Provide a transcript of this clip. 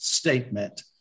statement